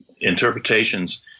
interpretations